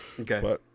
Okay